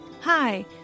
Hi